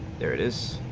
there is